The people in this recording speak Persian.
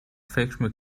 فکر